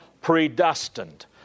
predestined